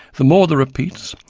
the more the repeats,